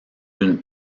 d’une